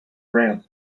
ramp